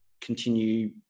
continue